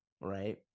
right